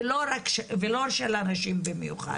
ולא של הנשים במיוחד,